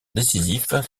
décisif